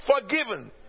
forgiven